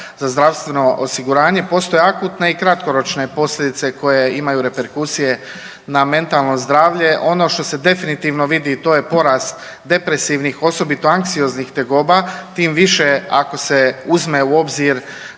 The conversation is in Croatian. za zdravstveno osiguranje. Postoje akutne i kratkoročne posljedice koje imaju reperkusije na mentalno zdravlje. Ono što se definitivno vidi i to je porast depresivnih osobito anksioznih tegoba tim više ako se uzme u obzir